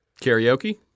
Karaoke